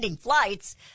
flights